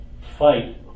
fight